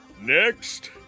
Next